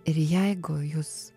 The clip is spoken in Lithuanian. ir jeigu jūs